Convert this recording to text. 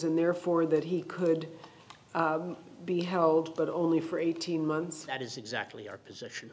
and therefore that he could be held but only for eighteen months that is exactly our position